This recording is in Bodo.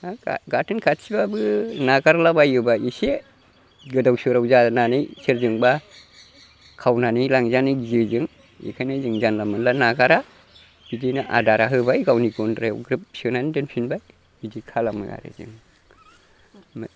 गाथोन खाथिब्लाबो नागारला बायोब्ला एसे गोदाव सोराव जानानै सोरजोंबा खावनानै लांजानो गियो जों एखायनो जों जानला मोनला नागारा बिदिनो आदारा होबाय गावनि गन्द्रायाव ग्रोब सोनानै दोनफिनबाय बिदि खालामो आरो जों